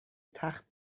تخت